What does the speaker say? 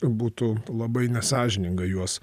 būtų labai nesąžininga juos